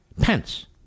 Pence